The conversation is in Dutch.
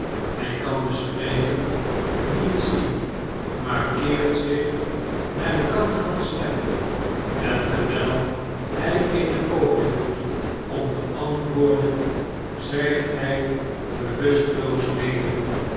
hij kan den spreker niet zien maar keert zich naar den kant van de stem enterwijl hij eene poging doet om te antwoorden zijgt hij bewusteloos neder